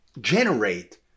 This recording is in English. generate